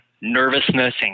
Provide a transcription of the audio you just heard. nervousness